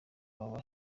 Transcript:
baba